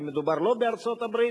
אם מדובר לא בארצות-הברית.